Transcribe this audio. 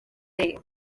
day